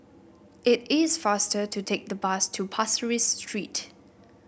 it is faster to take the bus to Pasir Ris Street